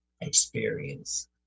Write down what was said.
experience